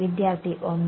വിദ്യാർത്ഥി 1